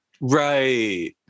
Right